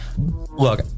Look